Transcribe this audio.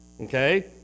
Okay